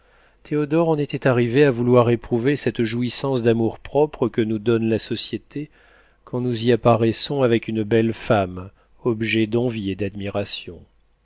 théodore en était arrivé à vouloir éprouver cette jouissance d'amour-propre que nous donne la société quand nous y apparaissons avec une belle femme objet d'envie et d'admiration